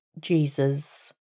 Jesus